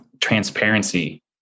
transparency